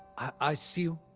i see you.